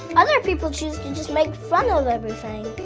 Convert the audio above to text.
other people choose to just make fun of everything.